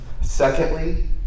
Secondly